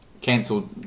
cancelled